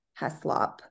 Heslop